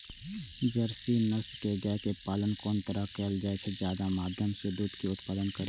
Jersey नस्ल के गाय के पालन कोन तरह कायल जाय जे ज्यादा मात्रा में दूध के उत्पादन करी?